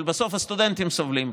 אבל בסוף הסטודנטים סובלים פה.